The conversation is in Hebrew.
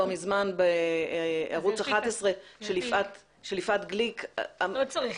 מזמן בערוץ 11 של יפעת גליק --- לא צריך,